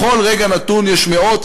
בכל רגע נתון יש מאות,